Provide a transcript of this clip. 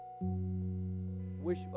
wish